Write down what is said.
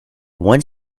one